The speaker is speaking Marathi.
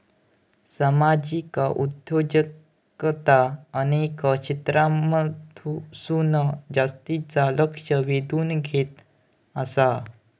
सामाजिक उद्योजकता अनेक क्षेत्रांमधसून जास्तीचा लक्ष वेधून घेत आसा